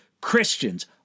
Christians